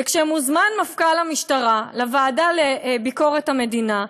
וכשמוזמן מפכ"ל המשטרה לוועדה לביקורת המדינה,